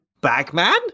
Bagman